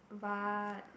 but